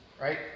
right